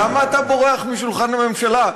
למה אתה בורח משולחן הממשלה?